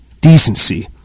decency